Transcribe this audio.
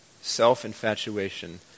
self-infatuation